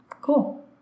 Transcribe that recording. Cool